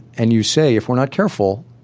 and you say if we're not careful,